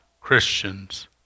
Christians